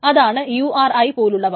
അതാണ് URI പോലുള്ളവ